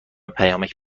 پیامک